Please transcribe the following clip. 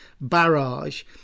barrage